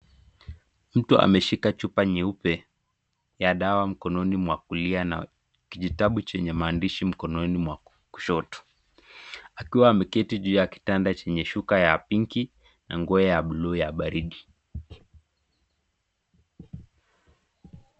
Mtu ameshika chupa nyeupe ya dawa mkononi mwa kulia na kijitabu chenye maandishi mkononi mwa kushoto. Akiwa ameketi juu ya kitanda chenye shuka ya pinki na nguo ya blue ya baridi.